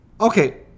okay